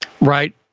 right